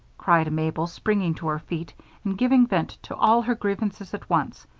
cried mabel, springing to her feet and giving vent to all her grievances at once.